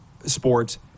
Sports